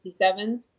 57s